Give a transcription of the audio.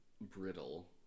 brittle